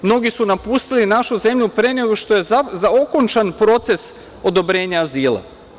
Mnogi su napustili našu zemlju pre nego što je okončan proces odobrenja azila.